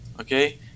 okay